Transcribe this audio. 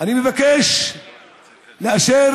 אני מבקש לאשר,